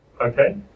Okay